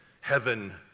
heaven